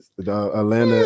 Atlanta